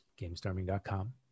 GameStorming.com